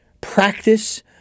practice